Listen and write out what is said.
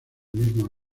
mismo